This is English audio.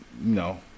No